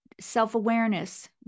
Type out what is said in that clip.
self-awareness